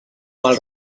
mal